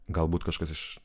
galbūt kažkas iš